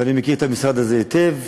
ואני מכיר את המשרד הזה היטב.